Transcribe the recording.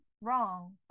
wrong